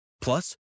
Plus